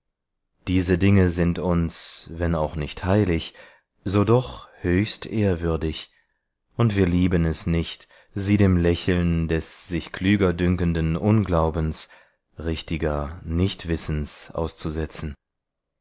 diese dinge sind uns wenn auch nicht heilig so doch höchst ehrwürdig und wir lieben es nicht sie dem lächeln des sich klüger dünkenden unglaubens richtiger nichtwissens auszusetzen